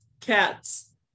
Cats